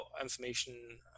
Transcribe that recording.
information